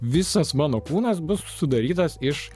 visas mano kūnas bus sudarytas iš